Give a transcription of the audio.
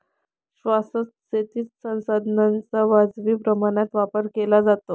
शाश्वत शेतीत संसाधनांचा वाजवी प्रमाणात वापर केला जातो